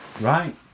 Right